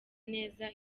neza